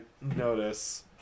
notice